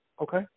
Okay